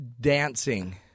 Dancing